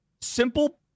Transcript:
simple